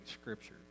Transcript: Scripture